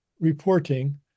reporting